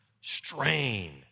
strain